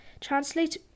translate